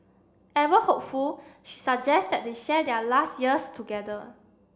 ever hopeful she suggests that they share their last years together